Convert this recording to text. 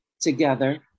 together